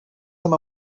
them